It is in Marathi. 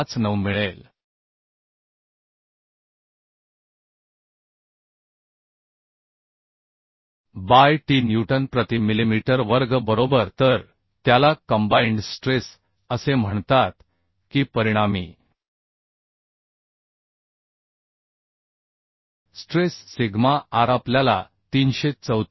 59 बाय t न्यूटन प्रति मिलिमीटर वर्ग बरोबर तर त्याला कंबाइंड स्ट्रेस असे म्हणतात की परिणामी स्ट्रेस सिग्मा rआपल्याला 334